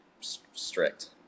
strict